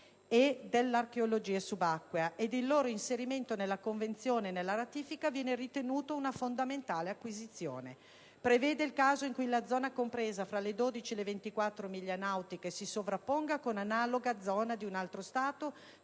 e dell'archeologia subacquea e il loro inserimento nella Convenzione e nella ratifica viene ritenuto una fondamentale acquisizione. Il disegno di legge prevede inoltre il caso in cui la zona compresa tra le 12 e le 24 miglia nautiche si sovrapponga con analoga zona di un altro Stato